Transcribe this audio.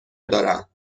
دارم